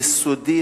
יסודית,